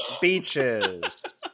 Beaches